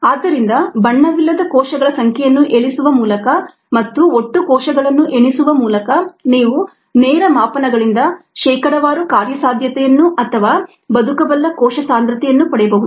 ಆದ್ದರಿಂದ ಬಣ್ಣವಿಲ್ಲದ ಕೋಶಗಳ ಸಂಖ್ಯೆಯನ್ನು ಎಣಿಸುವ ಮೂಲಕ ಮತ್ತು ಒಟ್ಟು ಕೋಶಗಳನ್ನು ಎಣಿಸುವ ಮೂಲಕ ನೀವು ನೇರ ಮಾಪನಗಳಿಂದ ಶೇಕಡಾವಾರು ಕಾರ್ಯಸಾಧ್ಯತೆಯನ್ನು ಅಥವಾ ಬದುಕಬಲ್ಲ ಕೋಶ ಸಾಂದ್ರತೆಯನ್ನು ಪಡೆಯಬಹುದು